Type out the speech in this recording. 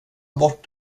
bort